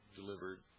delivered